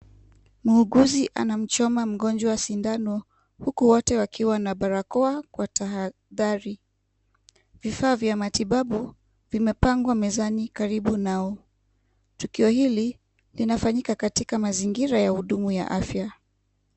Muuguzi anamchoma mgonjwa sindano, huku wote wakiwa na balakoa kwa tahadhari. Vifaa vya matibabu vimepangwa mezani karibu nao. Tukio hili, linafanyika katika mazingira ya huduma ya afya.